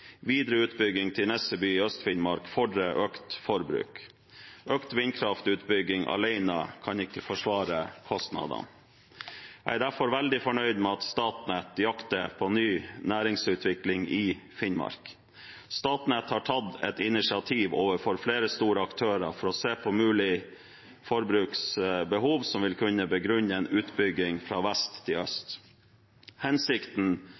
Videre utbygging til Nesseby i Øst-Finnmark fordrer økt forbruk. Økt vindkraftutbygging alene kan ikke forsvare kostnadene. Jeg er derfor veldig fornøyd med at Statnett jakter på ny næringsutvikling i Finnmark. Statnett har tatt et initiativ overfor flere store aktører for å se på mulig forbruksbehov som vil kunne begrunne en utbygging fra vest til øst. Hensikten